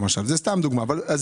אנחנו